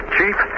Chief